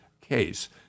case